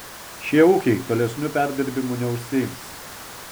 šie ūkiai tolesniu perdirbimui neužsiims